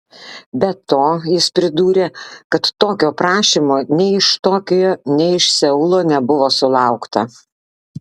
be to jis pridūrė kad tokio prašymo nei iš tokijo nei iš seulo nebuvo sulaukta